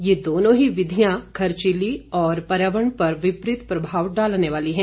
ये दोनों ही विधियां खर्चीली और पर्यावरण पर विपरीत प्रभाव डालने वाली है